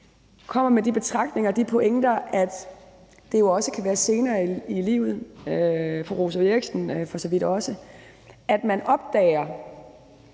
kommer med den betragtning og den pointe, at det jo også kan være senere i livet – fru Rosa Eriksen sagde det for så vidt også – at man opdager